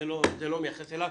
זה לא מייחס אליו.